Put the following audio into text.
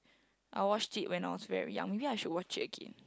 I watched it when I was very young maybe I should watch it again